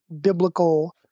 biblical